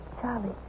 Charlie